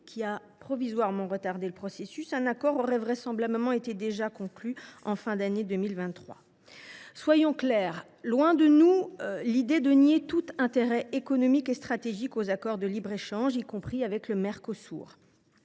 qui a provisoirement retardé le processus, un accord aurait vraisemblablement été déjà conclu à la fin de l’année 2023. Soyons clairs : loin de nous l’idée de nier tout intérêt économique et stratégique aux accords de libre échange, y compris avec le Mercosur.